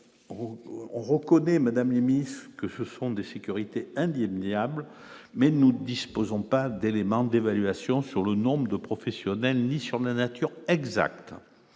on reconnaît, Madame la Ministre, que ce sont des sécurités indéniable mais nous ne disposons pas d'éléments d'évaluation sur le nombre de professionnels, ni sur la nature exacte